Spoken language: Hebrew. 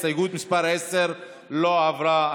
הסתייגות מס' 10 לא עברה.